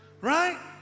right